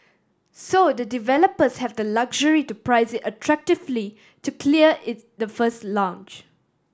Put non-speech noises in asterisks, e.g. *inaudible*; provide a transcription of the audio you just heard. so the developers have the luxury to price attractively to clear *unintelligible* the first launch